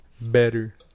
Better